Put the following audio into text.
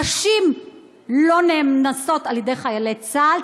נשים לא נאנסות על-ידי חיילי צה"ל,